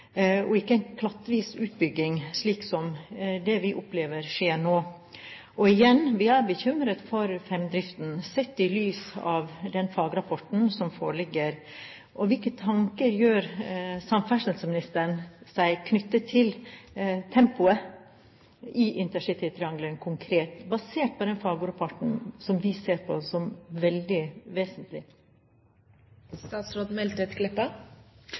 og ikke en klattvis utbygging, slik som det vi opplever skjer nå. Igjen: Vi er bekymret for fremdriften sett i lys av den fagrapporten som foreligger. Hvilke tanker gjør samferdselsministeren seg knyttet til tempoet i intercitytriangelet konkret, basert på den fagrapporten som de ser på som veldig